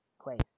Place